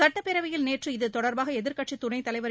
சட்டப்பேரவையில் நேற்று இதுதொடர்பாக எதிர்க்கட்சி துணைத் தலைவர் திரு